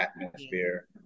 atmosphere